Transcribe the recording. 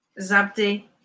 Zabdi